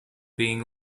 being